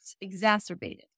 exacerbated